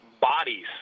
bodies